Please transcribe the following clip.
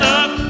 up